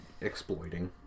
exploiting